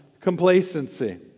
complacency